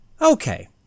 Okay